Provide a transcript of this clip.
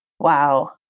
Wow